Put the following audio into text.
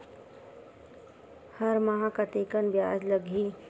हर माह कतेकन ब्याज लगही?